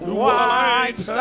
white